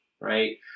right